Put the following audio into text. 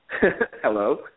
Hello